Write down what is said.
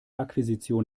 akquisition